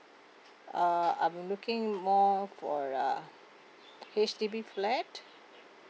uh I'm looking more for uh H_D_B flat